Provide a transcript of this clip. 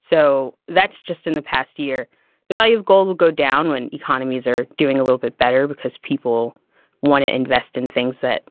so that's just in the past year the value of gold will go down when economies are doing a little bit better because people want to invest in things that